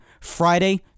Friday